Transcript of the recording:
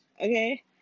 okay